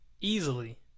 Easily